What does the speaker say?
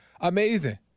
Amazing